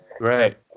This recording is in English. Right